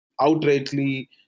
outrightly